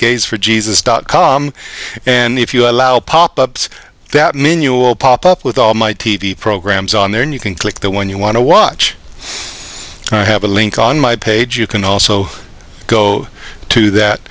gays for jesus dot com and if you allow pop ups that menu will pop up with all my t v programs on there and you can click the one you want to watch and i have a link on my page you can also go to that